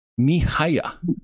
Mihaya